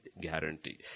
guarantee